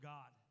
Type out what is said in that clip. God